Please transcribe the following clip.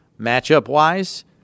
Matchup-wise